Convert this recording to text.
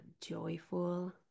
joyful